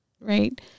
right